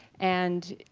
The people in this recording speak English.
and